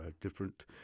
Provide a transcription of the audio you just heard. different